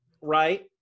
Right